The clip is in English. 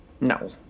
No